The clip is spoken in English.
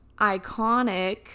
iconic